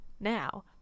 Now